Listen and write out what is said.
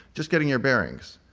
just getting your bearings.